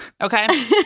okay